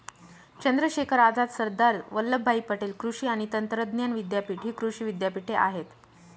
चंद्रशेखर आझाद, सरदार वल्लभभाई पटेल कृषी आणि तंत्रज्ञान विद्यापीठ हि कृषी विद्यापीठे आहेत